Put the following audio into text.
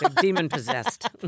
demon-possessed